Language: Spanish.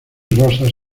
rosas